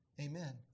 Amen